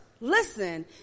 listen